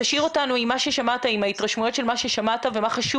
תשאיר אותנו עם ההתרשמויות של מה ששמעת ומה בעיקר חשוב